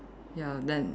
ya then